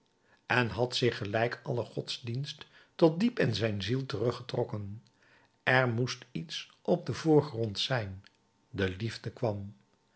en had zich gelijk alle godsdienst tot diep in zijn ziel teruggetrokken er moest iets op den voorgrond zijn de liefde kwam